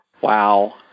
Wow